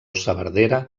saverdera